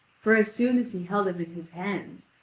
for as soon as he held him in his hands,